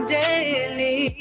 daily